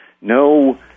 No